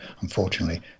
unfortunately